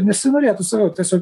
nesinorėtų sakau tiesiog